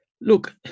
Look